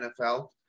NFL